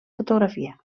fotografia